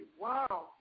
Wow